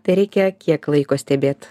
tereikia kiek laiko stebėt